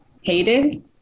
hated